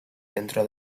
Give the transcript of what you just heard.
dentro